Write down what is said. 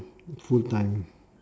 full time